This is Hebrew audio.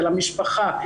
על המשפחה,